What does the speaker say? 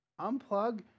Unplug